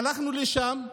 הלכנו לשם,